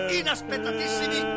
inaspettatissimi